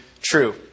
true